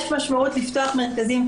יש משמעות לפתוח מרכזים,